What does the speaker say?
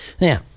Now